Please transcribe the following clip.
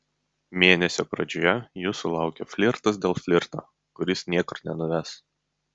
mėnesio pradžioje jūsų laukia flirtas dėl flirto kuris niekur nenuves